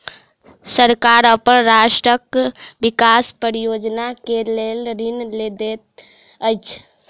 सरकार अपन राष्ट्रक विकास परियोजना के लेल ऋण लैत अछि